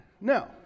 No